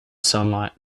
sunlight